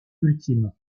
ultimes